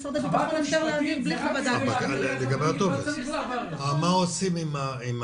חוות דעת משפטית זה רק בכדי להעביר דרך --- מה עושים עם המידע,